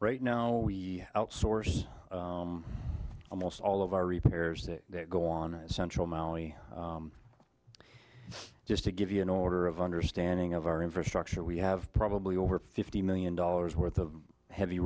right now we outsource almost all of our repairs that go on a central mali just to give you an order of understanding of our infrastructure we have probably over fifty million dollars worth of heavy